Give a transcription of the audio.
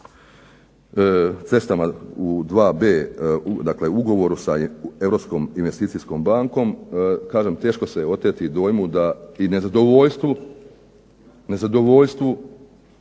cestama u ugovoru sa Europskom investicijskom bankom, teško se oteti dojmu i nezadovoljstvu